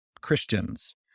Christians